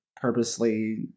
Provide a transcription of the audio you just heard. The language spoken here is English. purposely